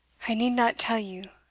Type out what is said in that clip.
i need not tell you,